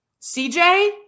CJ